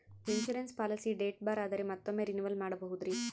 Insurance policy date ಬಾರ್ ಆದರೆ ಮತ್ತೊಮ್ಮೆ ರಿನಿವಲ್ ಮಾಡಬಹುದ್ರಿ?